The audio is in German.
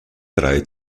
drei